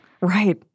Right